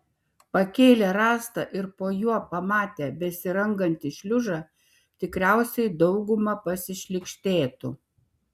pakėlę rąstą ir po juo pamatę besirangantį šliužą tikriausiai dauguma pasišlykštėtų